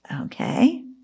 Okay